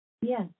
Yes